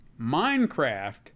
Minecraft